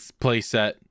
playset